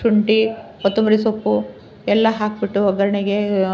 ಶುಂಠಿ ಕೊತ್ತಂಬರಿ ಸೊಪ್ಪು ಎಲ್ಲ ಹಾಕಿಬಿಟ್ಟು ಒಗ್ಗರಣೆಗೆ